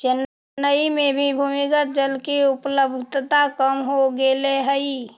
चेन्नई में भी भूमिगत जल के उपलब्धता कम हो गेले हई